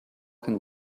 can